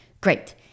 Great